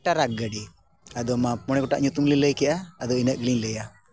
truck ᱜᱟᱹᱰᱤ ᱟᱫᱚ ᱢᱟ ᱯᱚᱬᱮ ᱜᱚᱴᱟᱝ ᱧᱩᱛᱩᱢ ᱞᱤᱧ ᱞᱟᱹᱭ ᱠᱮᱜᱼᱟ ᱟᱫᱚ ᱤᱱᱟᱹᱜ ᱜᱮᱞᱤᱧ ᱞᱟᱹᱭᱟ